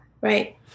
Right